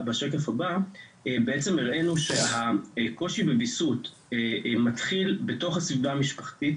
בעצם הראינו שהקושי בוויסות מתחיל בתוך הסביבה המשפחתית